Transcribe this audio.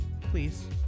please